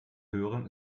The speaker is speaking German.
hören